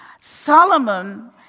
Solomon